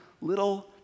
little